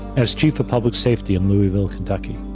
as chief of public safety in louisville, kentucky.